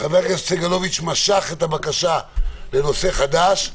חבר הכסת סגלוביץ' משך את הבקשה לנושא חדש.